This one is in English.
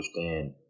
understand